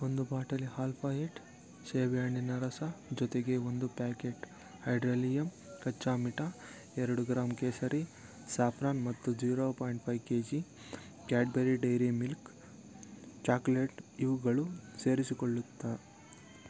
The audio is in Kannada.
ಒಂದು ಬಾಟಲಿ ಹಾಲ್ಫಾ ಏಯ್ಟ್ ಸೀಬೇಹಣ್ಣಿನ ರಸ ಜೊತೆಗೆ ಒಂದು ಪ್ಯಾಕೆಟ್ ಹೈಡ್ರಾಲಿಯಮ್ ಕಟ್ಟಾ ಮೀಠ ಎರಡು ಗ್ರಾಂ ಕೇಸರಿ ಸ್ಯಾಫ್ರನ್ ಮತ್ತು zero point five K G Cadbury Dairy Milk chocolate ಇವುಗಳು ಸೇರಿಸಿಕೊಳ್ಳುತ್ತಾ